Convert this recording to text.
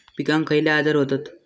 पिकांक खयले आजार व्हतत?